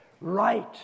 right